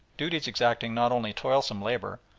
duties exacting not only toilsome labour,